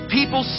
People